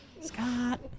Scott